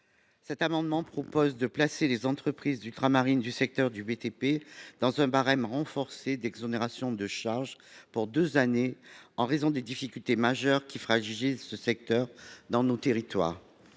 Cet amendement tend à placer les entreprises ultramarines du secteur du bâtiment et travaux publics (BTP) dans un barème renforcé d’exonération de charges pour deux années, en raison des difficultés majeures qui fragilisent ce secteur dans nos territoires.